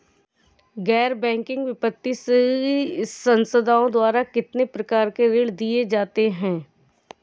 गैर बैंकिंग वित्तीय संस्थाओं द्वारा कितनी प्रकार के ऋण दिए जाते हैं?